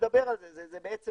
נדבר על זה, זה משהו